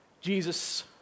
Jesus